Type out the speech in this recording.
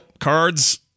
Cards